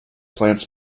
plants